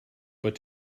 but